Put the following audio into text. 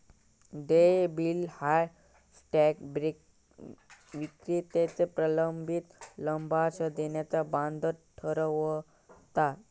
देय बिल ह्या स्टॉक विक्रेत्याचो प्रलंबित लाभांश देण्याचा बंधन ठरवता